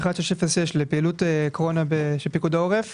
עליה לפעילות קורונה של פיקוד העורף